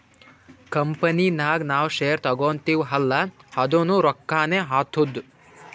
company ನಾಗ್ ನಾವ್ share ತಗೋತಿವ್ ಅಲ್ಲಾ ಅದುನೂ ರೊಕ್ಕಾನೆ ಆತ್ತುದ್